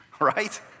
right